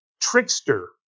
trickster